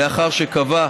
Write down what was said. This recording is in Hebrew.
לאחר שקבע,